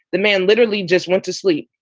the man literally just went to sleep.